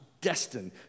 destined